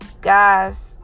Guys